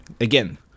again